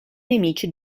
nemici